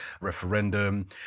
referendum